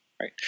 Right